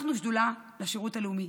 פתחנו שדולה לשירות הלאומי.